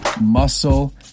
Muscle